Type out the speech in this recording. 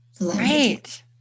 right